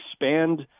expand